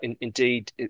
Indeed